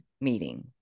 meeting